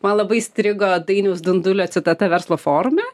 man labai įstrigo dainiaus dundulio citata verslo forume